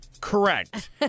Correct